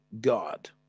God